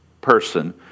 person